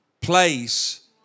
place